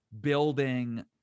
building